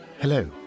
Hello